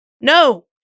No